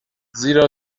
زیرا